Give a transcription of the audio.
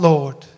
Lord